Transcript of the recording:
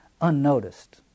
unnoticed